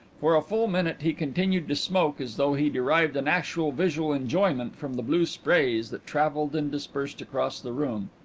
for a full minute he continued to smoke as though he derived an actual visual enjoyment from the blue sprays that travelled and dispersed across the room.